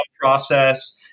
process